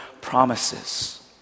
promises